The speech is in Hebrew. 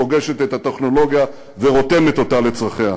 פוגשות את הטכנולוגיה ורותמת אותה לצורכיהן,